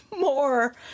more